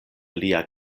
lia